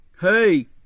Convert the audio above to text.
hey